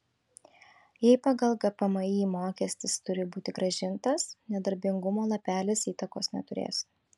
jei pagal gpmį mokestis turi būti grąžintas nedarbingumo lapelis įtakos neturės